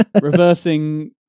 reversing